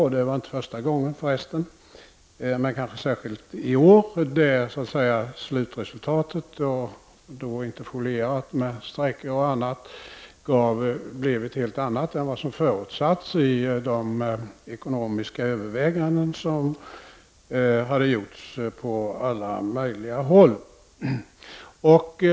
Det var förresten inte första gången, men i år var det särskilt olyckligt då slutresultatet, interfolierat med stejker och annat, blev ett helt annat än det som förutsatts vid de ekonomiska överväganden som hade gjorts på alla möjliga håll.